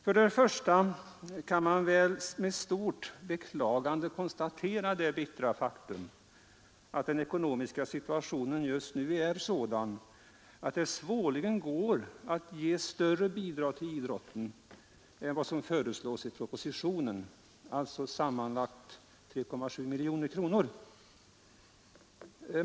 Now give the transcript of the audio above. Först och främst kan man väl säga att vi med stort beklagande konstaterar det bittra faktum att den ekonomiska situationen just nu är sådan att det svårligen går att ge större bidrag till idrotten än vad som föreslås i propositionen, alltså sammanlagt 3,7 miljoner kronor.